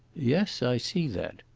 yes, i see that,